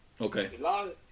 Okay